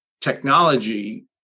technology